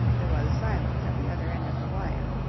there was silence at the other end of the wire.